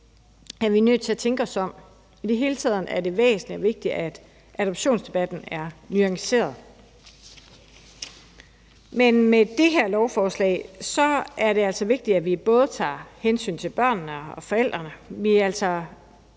er nødt til at tænke os om. I det hele taget er det væsentligt og vigtigt, at adoptionsdebatten er nuanceret. Men med det her lovforslag er det altså vigtigt, at vi både tager hensyn til børnene og forældrene. Vi giver altså